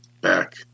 back